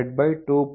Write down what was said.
52